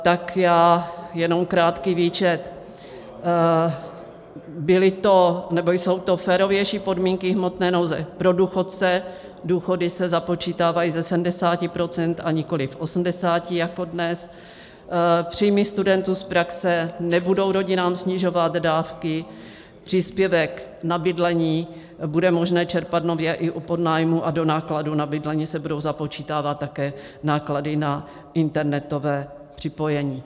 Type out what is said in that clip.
Tak já jenom krátký výčet: byly to nebo jsou to férovější podmínky hmotné nouze pro důchodce, důchody se započítávají ze 70 %, a nikoliv 80 % jako dnes, příjmy studentů z praxe nebudou rodinám snižovat dávky, příspěvek na bydlení bude možné čerpat nově i u podnájmů a do nákladů na bydlení se budou započítávat také náklady na internetové připojení.